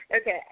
Okay